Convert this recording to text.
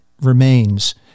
remains